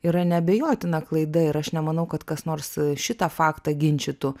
yra neabejotina klaida ir aš nemanau kad kas nors šitą faktą ginčytų